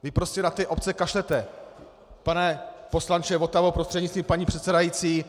Vy prostě na ty obce kašlete, pane poslanče Votavo prostřednictvím paní předsedající!